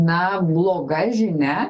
na bloga žinia